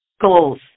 goals